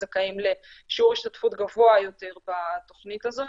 זכאים לשיעור השתתפות גבוה יותר בתוכנית הזאת.